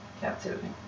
captivity